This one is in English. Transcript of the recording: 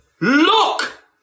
Look